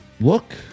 look